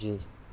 جی